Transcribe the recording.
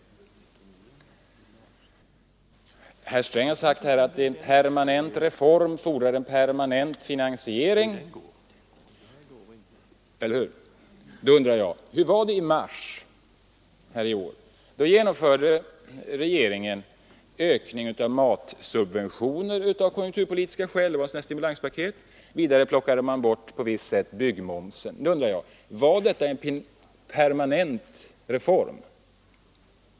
Herr Sträng sade också att en permanent reform fordrar en permanent finansiering. Då undrar jag: Hur var det i mars i år? Då ökade regeringen t.ex. matsubventionerna av konjunkturpolitiska skäl och plockade bort byggmomsen. Var detta en permanent reform?